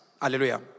Hallelujah